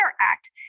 Act